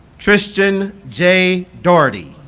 tristan jay dougherty